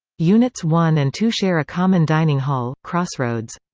units one and two share a common dining hall, crossroads.